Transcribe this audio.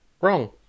wrong